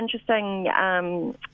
interesting